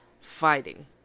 fighting